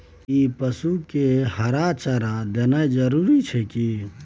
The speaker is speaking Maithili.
कि पसु के हरा चारा देनाय जरूरी अछि की?